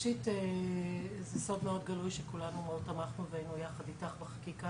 ראשית זה סוד מאוד גלוי שכולנו מאוד תמכנו והיינו יחד איתך בחקיקה